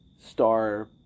star